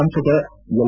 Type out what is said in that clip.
ಸಂಸದ ಎಲ್